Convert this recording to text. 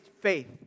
faith